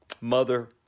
mother